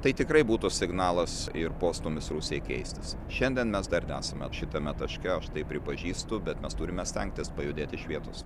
tai tikrai būtų signalas ir postūmis rusijai keistis šiandien mes dar nesame šitame taške aš tai pripažįstu bet mes turime stengtis pajudėt iš vietos